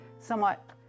somewhat